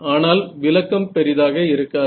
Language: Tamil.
ஆனால் விலக்கம் பெரிதாக இருக்காது